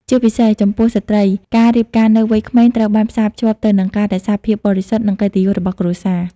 ជាពិសេសចំពោះស្ត្រី ការរៀបការនៅវ័យក្មេងត្រូវបានផ្សារភ្ជាប់ទៅនឹងការរក្សាភាពបរិសុទ្ធ និងកិត្តិយសរបស់គ្រួសារ ។